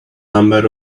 number